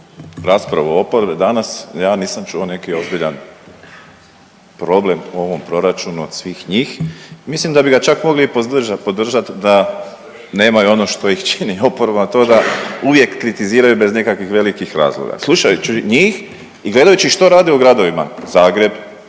raspravu oporbe danas ja nisam čuo neki ozbiljan problem u ovom proračunu od svih njih i mislim da bi ga čak mogli i podržati, podržati da nemaju ono što ih čini oporbom, a to je da uvijek kritiziraju bez nekakvih velikih razloga. Slušajući njih i gledajući što rade u gradovima Zagreb,